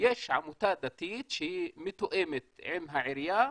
יש עמותה דתית שמתואמת עם העירייה,